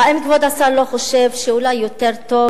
האם כבוד השר לא חושב שאולי יותר טוב